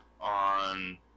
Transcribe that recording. on